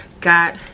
got